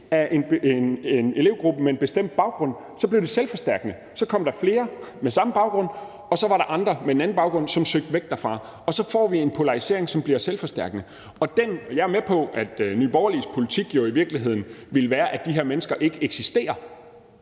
af en elevgruppe med en bestemt baggrund, blev det selvforstærkende; så kom der flere med samme baggrund, og så var der andre med en anden baggrund, som søgte væk derfra, og så får vi en polarisering, som bliver selvforstærkende. Jeg er med på, at Nye Borgerliges politik i virkeligheden går ud på, at de her mennesker ikke skulle